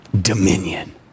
dominion